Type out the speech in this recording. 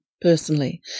personally